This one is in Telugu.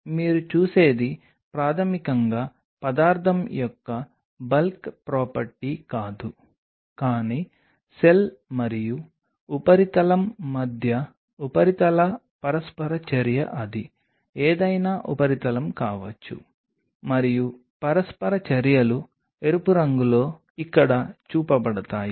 కాబట్టి మీరు చేసేది ఏమిటంటే మీరు పాలీ డి లైసిన్ని కొద్దిసేపటిలో తీసుకుంటారు మీరు డీయోనైజ్డ్ వాటర్ని కలపాలి మరియు మీరు దానిని పూర్తిగా కరిగించి ఆ ప్రక్రియలో మీకు పరిష్కారం లభిస్తుంది